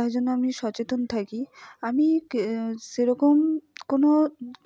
তাই জন্য আমি সচেতন থাকি আমি কে সেরকম কোনও